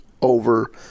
over